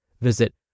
Visit